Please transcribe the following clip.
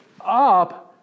up